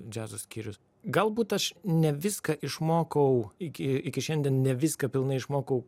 džiazo skyrius galbūt aš ne viską išmokau iki iki šiandien ne viską pilnai išmokau